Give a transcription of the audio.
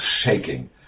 shaking